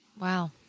Wow